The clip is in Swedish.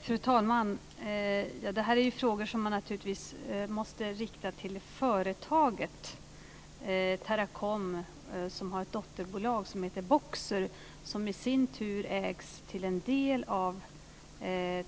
Fru talman! Det här är frågor som man naturligtvis måste rikta till företaget Teracom, som har ett dotterbolag som heter Boxer, som i sin tur till en del ägs av